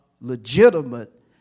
legitimate